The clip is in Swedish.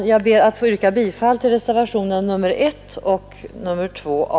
Jag ber att få yrka bifall till reservationerna nr 1 och 2 a.